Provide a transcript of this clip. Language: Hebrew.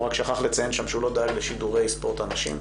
רק הוא שכח לציין שם שהוא לא דאג לשידורי ספורט הנשים.